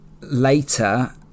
later